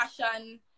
passion